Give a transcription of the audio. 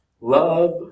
Love